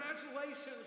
Congratulations